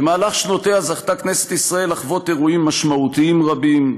במהלך שנותיה זכתה כנסת ישראל לחוות אירועים משמעותיים רבים,